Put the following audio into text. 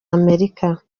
amerika